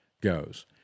goes